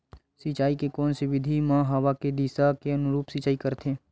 सिंचाई के कोन से विधि म हवा के दिशा के अनुरूप सिंचाई करथे?